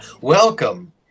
Welcome